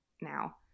now